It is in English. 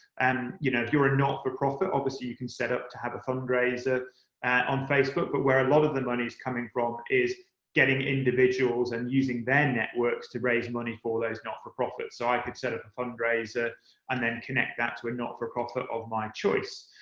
and you know if you're a not-for-profit, obviously you can set up to have a fundraiser on facebook. but where a lot of the money's coming from is getting individuals and using their networks to raise money for those not-for-profits. so i could set up a fundraiser and then connect that to a not-for-profit of my choice.